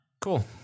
cool